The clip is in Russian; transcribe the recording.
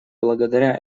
благодаря